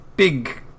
big